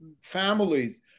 families